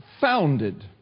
founded